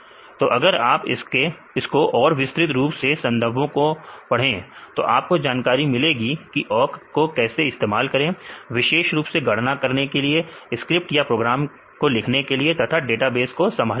तो अगर आप इसको और विस्तृत रूप से संदर्भों में पढ़ें तो आपको जानकारी मिलेगी कि ओक को कैसे इस्तेमाल करें विशेष रूप से गणना करने के लिए स्क्रिप्ट या प्रोग्राम लिखने के लिए तथा डेटाबेस को संभालने के लिए